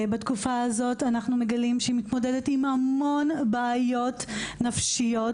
בתקופה הזאת אנחנו מגלים שהיא מתמודדת עם המון בעיות נפשיות.